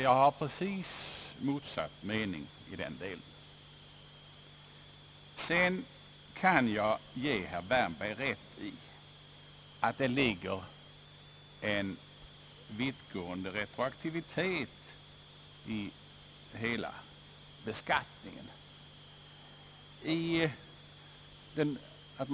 Jag har precis motsatt mening i den delen. Sedan kan jag ge herr Wärnberg rätt i att det ligger en vittgående retroaktivitet i hela beskattningen.